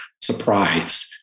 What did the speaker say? surprised